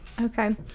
Okay